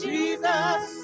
Jesus